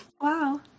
Wow